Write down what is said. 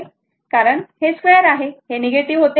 आता कारण हे स्क्वेअर आहे हे निगेटिव्ह होते